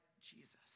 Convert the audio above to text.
Jesus